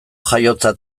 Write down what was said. jaiotza